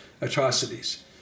atrocities